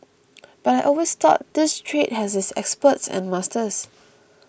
but I always thought this trade has its experts and masters